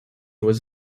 was